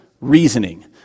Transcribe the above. reasoning